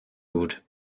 gut